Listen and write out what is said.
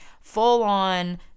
full-on